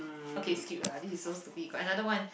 okay skip lah this is so stupid I got another one